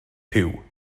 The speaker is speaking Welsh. puw